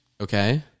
Okay